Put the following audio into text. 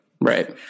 right